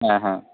হ্যাঁ হ্যাঁ